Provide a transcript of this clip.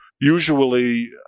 usually